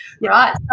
right